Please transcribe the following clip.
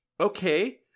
okay